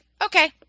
okay